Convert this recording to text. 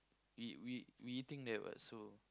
we we we eating there what so